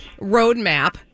roadmap